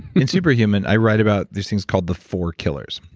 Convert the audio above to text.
in superhuman i write about these things called the four killers.